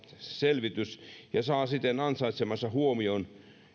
selvitys ja saa siten ansaitsemansa huomion